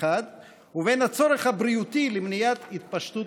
ובין הצורך הבריאותי למניעת התפשטות